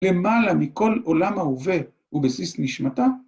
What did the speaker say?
למעלה מכל עולם ההווה ובסיס לנשמתם